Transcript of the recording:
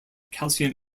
calcium